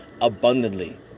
abundantly